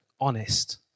honest